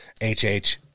H-H